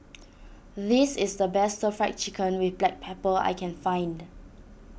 this is the best Stir Fry Chicken with Black Pepper I can find